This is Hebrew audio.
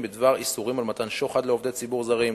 בדבר איסור מתן שוחד לעובד ציבור זר,